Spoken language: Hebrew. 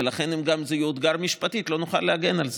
אם זה יאותגר משפטית לא נוכל להגן על זה.